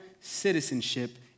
citizenship